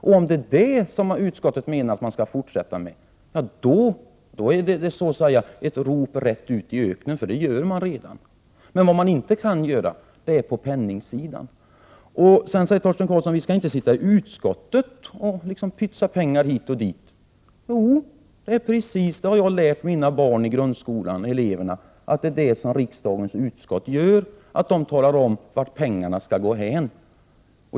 Om det är detta som utskottet menar att man skall fortsätta med, då är det så att säga ett rop rätt ut i öknen, för det är ju vad man håller på med. Men vad man inte kan göra är sådant som kostar pengar. Torsten Karlsson säger att vi inte skall sitta i utskottet och pytsa ut pengar hit och dit. Jo, det är precis det vi skall göra. Jag har lärt mina elever i grundskolan att det är detta riksdagens utskott gör, att de talar om vart pengarna skall gå hän.